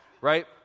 right